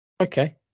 Okay